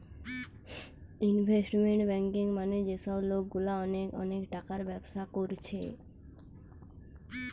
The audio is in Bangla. ইনভেস্টমেন্ট ব্যাঙ্কিং মানে যে সব লোকগুলা অনেক অনেক টাকার ব্যবসা কোরছে